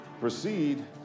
proceed